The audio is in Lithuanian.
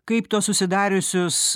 kaip tuos susidariusius